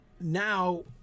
Now